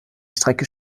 strecke